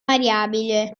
variabile